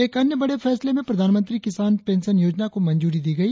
एक अन्य बड़े फैसले में प्रधानमंत्री किसान पेंशन योजना को मंजूरी दी गई